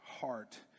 heart